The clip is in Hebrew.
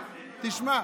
תשמע.